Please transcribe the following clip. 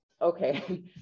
Okay